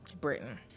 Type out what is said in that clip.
britain